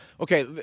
okay